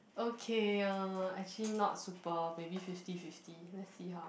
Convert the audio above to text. okay uh actually not super maybe fifty fifty let's see how